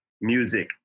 Music